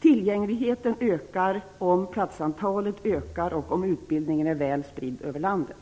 Tillgängligheten ökar om platsantalet ökar och om utbildningen är väl spridd över landet.